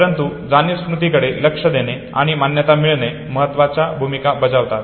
परंतु जाणीव स्मृतीकडे लक्ष देणे आणि मान्यता मिळणे महत्वाच्या भूमिका बजावतात